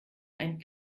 ein